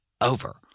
over